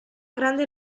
grande